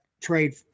trade